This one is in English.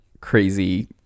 crazy